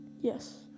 Yes